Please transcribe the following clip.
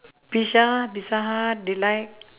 pizza pizza-hut they like